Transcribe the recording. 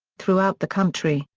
throughout the country,